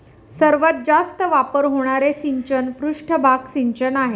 सर्वात जास्त वापर होणारे सिंचन पृष्ठभाग सिंचन आहे